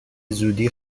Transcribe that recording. زودی